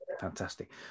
Fantastic